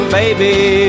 baby